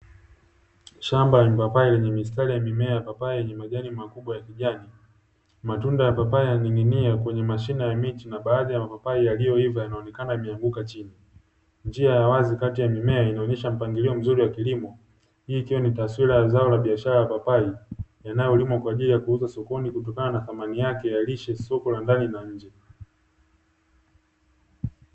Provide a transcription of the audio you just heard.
Shamba la mipapai lenye mistari ya mimea ya papai yenye majani makubwa ya kijani. Matunda ya papai yamening'inia kwenye mashina ya miti, na baadhi na mapapai yaliyoiva yanaonekana yameanguka chini. Njia ya wazi kati ya mimea inaonyesha mpangilio mzuri wa kilimo. Hii ikiwa ni taswira ya zao la biashara la papai yanayolimwa kwa ajili ya kuuzwa sokoni kutokana na thamani yake ya lishe, soko la ndani na nje.